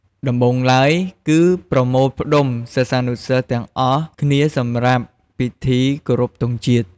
ដំបូងឡើយ គឺប្រមូលផ្ដុំសិស្សានុសិស្សទាំងអស់គ្នាសម្រាប់ពិធីគោរពទង់ជាតិ។